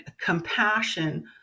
compassion